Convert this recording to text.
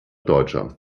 deutscher